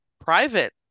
private